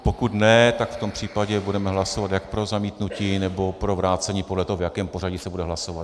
Pokud ne, tak v tom případě budeme hlasovat jak pro zamítnutí nebo pro vrácení, podle toho, v jakém pořadí se bude hlasovat.